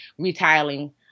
retiling